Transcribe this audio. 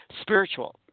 spiritual